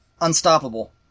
Unstoppable